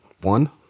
one